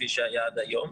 כפי שהיה עד היום.